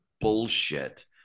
bullshit